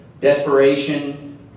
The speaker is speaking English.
desperation